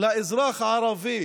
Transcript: לאזרח הערבי